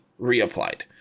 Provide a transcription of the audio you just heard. reapplied